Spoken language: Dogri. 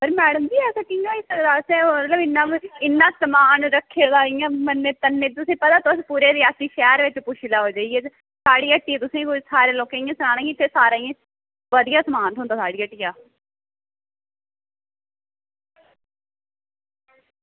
ते मैड़म जी ओह् कियां होई सकदा ओह् असें इन्ना समान रक्खे दा मन्ने तन्ने दा तुसेंगी पता पूरे रियासी शैह्र च जाई लैओ पुच्छियै ते साढ़ी हट्टियै दे बारै च सारे लोकें तुसेंगी इंया सनान्ना कि सारे बधिया समान थ्होंदा साढ़ियै हट्टियै